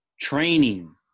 training